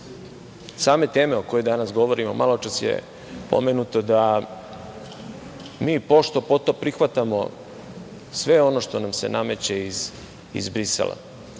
same teme o kojoj danas govorimo, maločas je pomenuto da mi pošto-poto prihvatamo sve ono što nam se nameće iz Brisela.